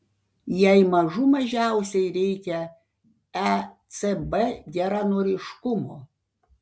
jai mažų mažiausiai reikia ecb geranoriškumo